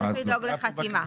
צריך לדאוג לחתימה.